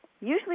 Usually